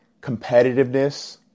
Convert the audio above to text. competitiveness